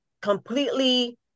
completely